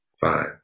five